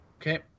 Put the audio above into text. Okay